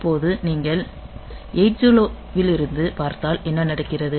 இப்போது நீங்கள் 80 விலிருந்துப் பார்த்தால் என்ன நடக்கிறது